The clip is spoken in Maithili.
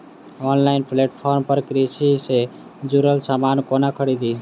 ऑनलाइन प्लेटफार्म पर कृषि सँ जुड़ल समान कोना खरीदी?